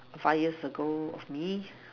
five years ago of me